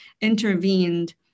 intervened